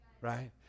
right